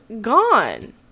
gone